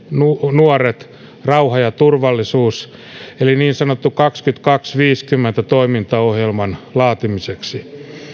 nuoret rauha ja turvallisuus toimintaohjelman eli niin sanotun kaksituhattakaksisataaviisikymmentä toimintaohjelman laatimiseksi